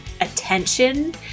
attention